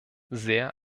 sehr